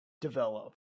develop